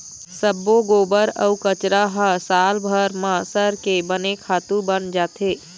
सब्बो गोबर अउ कचरा ह सालभर म सरके बने खातू बन जाथे